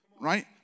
right